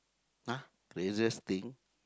!huh! craziest thing